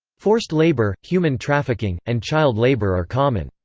forced labour, human trafficking, and child labour are common.